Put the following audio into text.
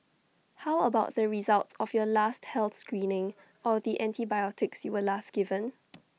how about the results of your last health screening or the antibiotics you were last given